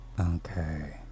okay